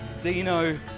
dino